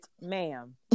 ma'am